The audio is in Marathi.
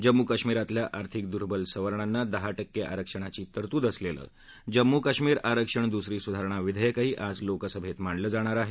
जम्मू कश्मीरातल्या आर्थिक दुर्बल सवर्णांना दहा टक्के आरक्षणाची तरतूद असलेलं जम्मू कश्मीर आरक्षण दुसरी सुधारणा विधेयकही आज लोकसभेत मांडलं जाणार आहे